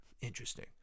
Interesting